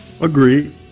Agreed